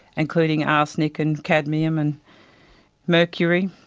including arsenic and cadmium and mercury.